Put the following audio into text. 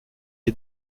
est